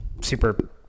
super